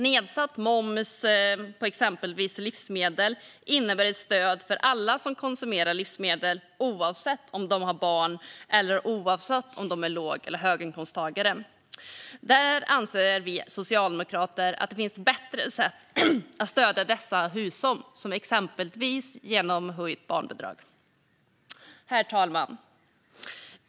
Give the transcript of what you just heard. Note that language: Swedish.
Nedsatt moms på exempelvis livsmedel innebär ett stöd för alla som konsumerar livsmedel, oavsett om de har barn eller inte och oavsett om de är låginkomsttagare eller höginkomsttagare. Där anser vi Socialdemokrater att det finns bättre sätt att stödja dessa hushåll, exempelvis höjt barnbidrag. Herr talman!